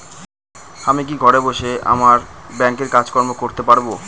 আমি কি ঘরে বসে আমার ব্যাংকের কাজকর্ম করতে পারব?